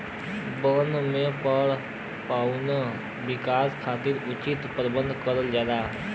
बन में पेड़ पउधन विकास खातिर उचित प्रबंध करल जाला